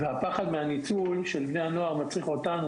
הפחד מניצול בני הנוער מצריך אותנו